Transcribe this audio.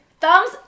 thumbs